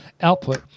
output